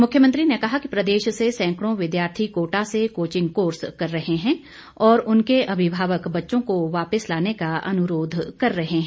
मुख्यमंत्री ने कहा कि प्रदेश से सैंकड़ों विद्यार्थी कोटा से कोचिंग कोर्स कर रहें है और उनके अभिभावक बच्चों को वापिस लाने का अनुरोध कर रहे है